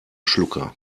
schlucker